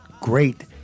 great